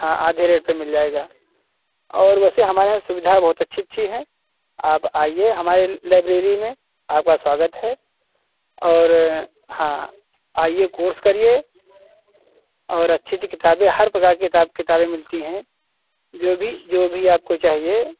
हाँ आधे रेट पर मिल जाएगा और वैसे हमारे यहाँ सुविधा बहुत अच्छी अच्छी है आप आइए हमारी लाइब्रेरी में आपका स्वागत है और हाँ आइए कोर्स करिए और अच्छी अच्छी किताबें हर प्रकार की किताबें मिलती हैं जो भी जो भी आपको चाहिए